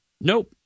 Nope